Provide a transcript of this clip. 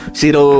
zero